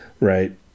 right